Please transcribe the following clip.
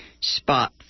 spot